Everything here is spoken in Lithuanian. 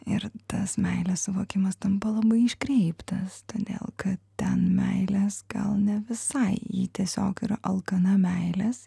ir tas meilės suvokimas tampa labai iškreiptas todėl kad ten meilės gal ne visai ji tiesiog yra alkana meilės